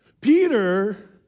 Peter